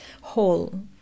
whole